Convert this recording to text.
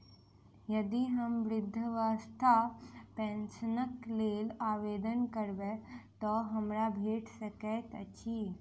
यदि हम वृद्धावस्था पेंशनक लेल आवेदन करबै तऽ हमरा भेट सकैत अछि?